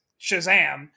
Shazam